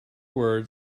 words